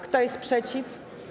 Kto jest przeciw?